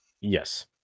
Yes